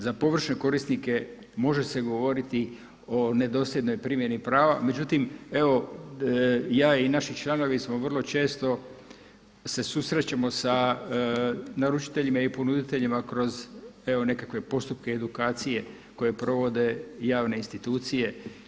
Za površne korisnike može se govoriti o nedosljednoj primjeni prava međutim evo ja i naši članovi smo vrlo često se susrećemo sa naručiteljima i ponuditeljima kroz evo nekakve postupke edukacije koje provode javne institucije.